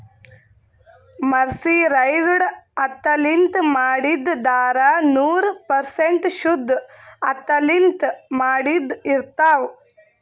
mercerized ಹತ್ತಿಲಿಂತ್ ಮಾಡಿದ್ದ್ ಧಾರಾ ನೂರ್ ಪರ್ಸೆಂಟ್ ಶುದ್ದ್ ಹತ್ತಿಲಿಂತ್ ಮಾಡಿದ್ದ್ ಇರ್ತಾವ್